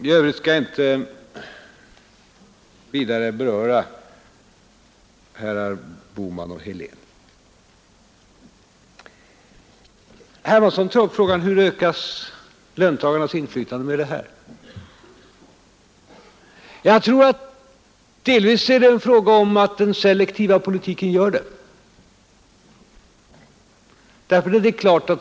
I övrigt skall jag inte vidare bemöta herrar Bohman och Helén. Herr Hermansson i Stockholm tar upp frågan: Hur ökas löntagarnas inflytande med de här förslagen? Jag tror att den selektiva politiken delvis gör det.